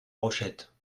rochette